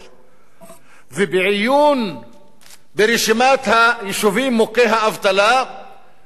בעיון ברשימת היישובים מוכי האבטלה אנחנו יכולים